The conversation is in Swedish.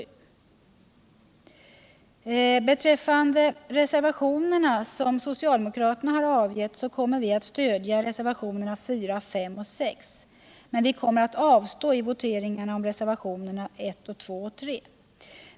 Vad beträffar de reservationer som socialdemokraterna har avgett kommer viatt stödja reservationerna 4,5 och 6, men kommer att avstå från att att rösta i voteringar om reservationerna 1, 2 och 3.